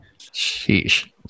sheesh